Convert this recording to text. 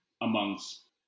amongst